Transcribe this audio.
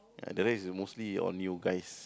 the day is mostly on you guys